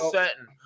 certain